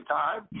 time